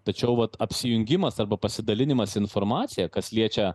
tačiau vat apsijungimas arba pasidalinimas informacija kas liečia